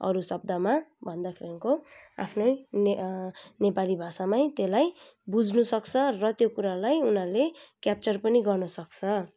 अरू शब्दमा भन्दखेरि आफ्नै ने नेपाली भाषामै त्यसलाई बुझ्नु सक्छ र त्यो कुरालाई उनीहरूले क्याप्चर पनि गर्न सक्छ